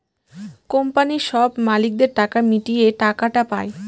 কোম্পানির সব মালিকদের টাকা মিটিয়ে টাকাটা পায়